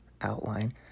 outline